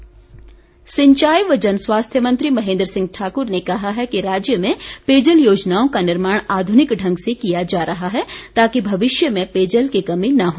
महेन्द्र सिंह सिंचाई व जन स्वास्थ्य मंत्री महेन्द्र सिंह ठाकुर ने कहा है कि राज्य में पेयजल योजनाओं का निर्माण आध्निक ढंग से किया जा रहा है ताकि भविष्य में पेयजल की कमी न हो